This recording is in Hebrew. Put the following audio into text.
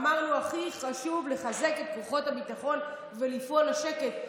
אמרנו: הכי חשוב לחזק את כוחות הביטחון ולפעול לשקט,